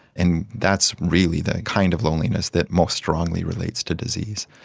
and that's really the kind of loneliness that most strongly relates to disease.